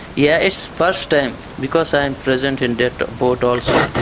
yeah it's firsthand because i am present in that boat also,